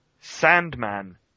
Sandman